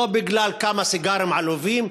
לא בגלל כמה סיגרים עלובים,